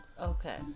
Okay